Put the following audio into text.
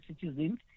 citizens